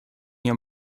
hier